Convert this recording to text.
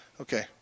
Okay